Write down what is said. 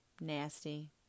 nasty